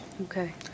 Okay